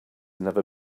never